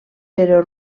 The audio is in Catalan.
però